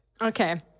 Okay